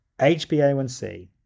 HbA1c